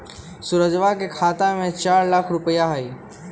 सुरजवा के खाता में चार लाख रुपइया हई